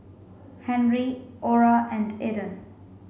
Henry Orah and Eden